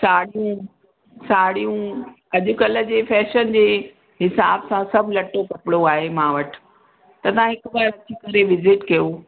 साड़ियूं साड़ियूं अॼकल्ह जे फ़ैशन जे हिसाब सां सभु लट्टो कपिड़ो आहे मां वटि त तव्हां हिक बार अची करे विजिट कयो